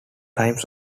times